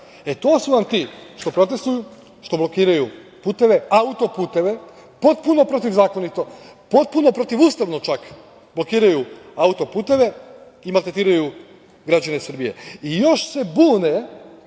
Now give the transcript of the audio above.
to su vam ti što protestuju, što blokiraju puteve, autoputeve, potpuno protivzakonito. Potpuno protivustavno čak blokiraju autoputeve i maltretiraju građane Srbije. Još se bude